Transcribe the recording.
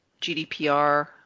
GDPR